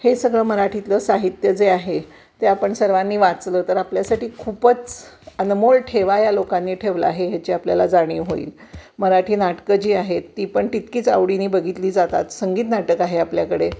हे सगळं मराठीतलं साहित्य जे आहे ते आपण सर्वांनी वाचलं तर आपल्यासाठी खूपच अनमोल ठेवा या लोकांनी ठेवला आहे ह्याची आपल्याला जाणीव होईल मराठी नाटकं जी आहेत ती पण तितकीच आवडीने बघितली जातात संगीत नाटक आहे आपल्याकडे